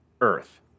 Earth